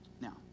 now